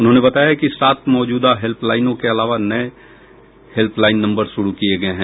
उन्होंने बताया कि सात मौजूदा हेल्पलाइनों के अलावा दो नये हेल्पलाइन नम्बर शुरू किये गये हैं